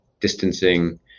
distancing